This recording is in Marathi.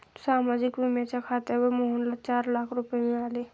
सामाजिक विम्याच्या खात्यावर मोहनला चार लाख रुपये मिळाले